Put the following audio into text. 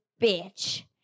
bitch